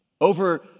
over